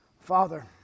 Father